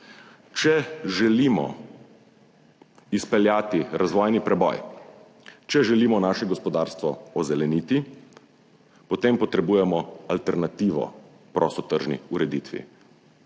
Če želimo izpeljati razvojni preboj, če želimo naše gospodarstvo ozeleniti, potem potrebujemo alternativo prostotržni ureditvi.